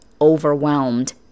overwhelmed